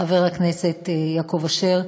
חבר הכנסת יעקב אשר,